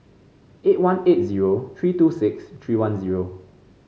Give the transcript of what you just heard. eight one eight zero three two six three one zero